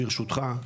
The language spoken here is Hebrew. ברשותך.